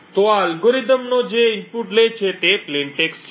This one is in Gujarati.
તો આ અલ્ગોરિધમનો જે ઇનપુટ લે છે તે સાદો ટેક્સ્ટ છે